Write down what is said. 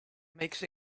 makes